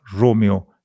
Romeo